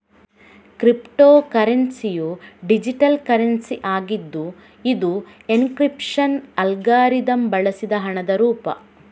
crypto ಕರೆನ್ಸಿಯು digital currency ಆಗಿದ್ದು ಇದು ಎನ್ಕ್ರಿಪ್ಶನ್ ಅಲ್ಗಾರಿದಮ್ ಬಳಸಿದ ಹಣದ ರೂಪ